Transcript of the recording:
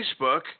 Facebook